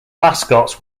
mascots